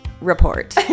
report